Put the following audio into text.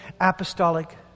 apostolic